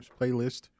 playlist